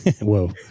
Whoa